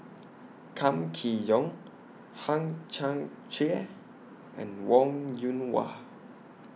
Kam Kee Yong Hang Chang Chieh and Wong Yoon Wah